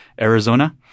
Arizona